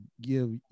give